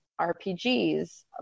RPGs